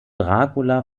dracula